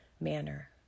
manner